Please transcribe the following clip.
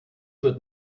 wird